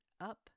up